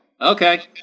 okay